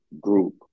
group